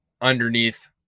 underneath